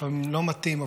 לפעמים לא מתאים,